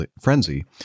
frenzy